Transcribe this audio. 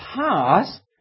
past